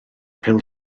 pêl